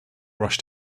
rushed